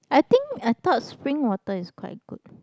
I think I thought spring water is quite good